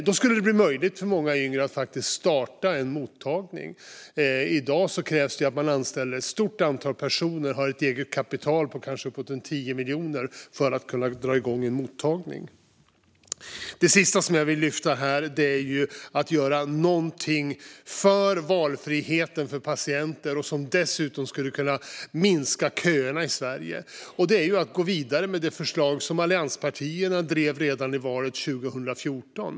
Då skulle det bli möjligt för många yngre att starta en mottagning. I dag krävs det att man anställer ett stort antal personer och har ett eget kapital på upp till 10 miljoner för att dra igång en mottagning. Det sista jag vill lyfta upp är frågan om att göra något för valfriheten för patienter som dessutom skulle minska köerna i Sverige, det vill säga att gå vidare med det förslag som allianspartierna drev redan i valet 2014.